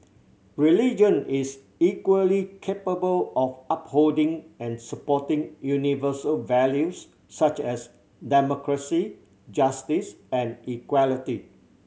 religion is equally capable of upholding and supporting universal values such as democracy justice and equality